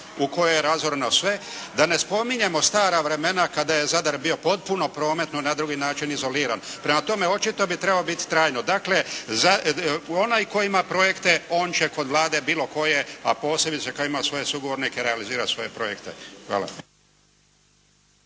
u kojem je razoreno sve. Da ne spominjemo stara vremena kada je Zadar bio potpuno prometno i na drugi način izoliran. Prema tome očito bi trebao biti trajno. Dakle onaj koji ima projekte on će kod Vlade bilo koje, a posebice kad ima svoje sugovornike realizirati svoje projekte. Hvala.